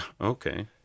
Okay